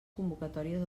convocatòries